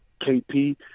KP